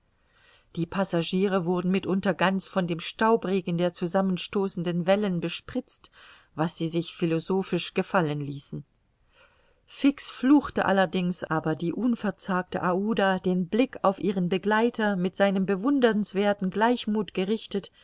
die passagiere wurden mitunter ganz von dem staubregen der zusammenstoßenden wellen bespritzt was sie sich philosophisch gefallen ließen fix fluchte allerdings aber die unverzagte aouda den blick auf ihren begleiter mit seinem bewunderswerthen gleichmuth gerichtet